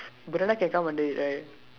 banana can come under it right